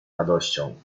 radością